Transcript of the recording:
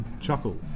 chuckle